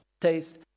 taste